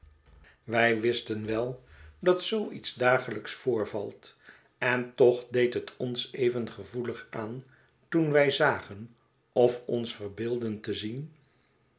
wij wisten wel dat zoo iets dagelijks voorvalt en toch deed het ons even gevoelig aan toen wij zagen of ons verbeeldden te zien